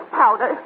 powder